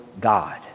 God